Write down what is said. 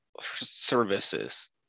services